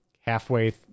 halfway